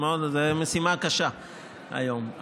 זו משימה קשה היום,